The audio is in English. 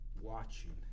watching